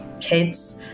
kids